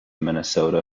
minnesota